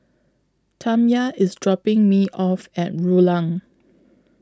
Tamya IS dropping Me off At Rulang